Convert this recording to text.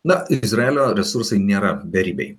na ir izraelio resursai nėra beribiai